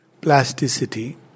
Plasticity